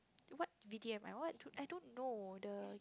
what B T M I what I don't know the